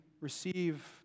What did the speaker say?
receive